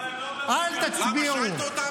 אל תצביעו --- למה, שאלת אותם?